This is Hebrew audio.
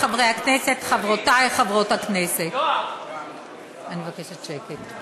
אני מבקשת שקט.